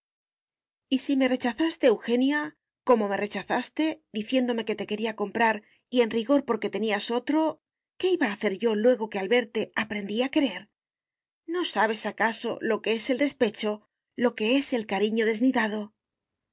si me rechazaste eugenia como me rechazaste diciéndome que te quería comprar y en rigor porque tenías otro qué iba a hacer yo luego que al verte aprendí a querer no sabes acaso lo que es el despecho lo que es el cariño desnidado